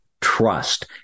Trust